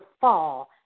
fall